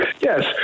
Yes